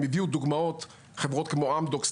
הם הביאו דוגמאות חברות כמו אמדוקס,